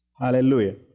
Hallelujah